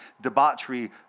debauchery